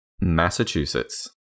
Massachusetts